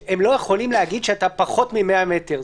כלומר הם לא יכולים להגיד לך פחות מ-100 מטר.